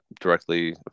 directly